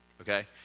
okay